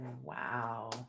wow